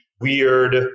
weird